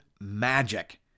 magic